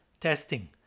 testing